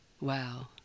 Wow